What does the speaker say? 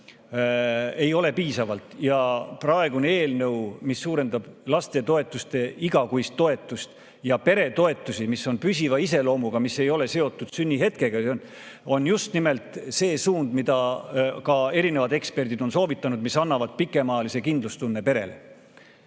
ei ole piisavalt. Ja praegune eelnõu, mis suurendab laste igakuist toetust ja peretoetusi, mis on püsiva iseloomuga, mis ei ole seotud sünnihetkega, on just nimelt see suund, mida ka erinevad eksperdid on soovitanud, mis annavad pikemaajalise kindlustunde perele.